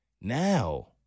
Now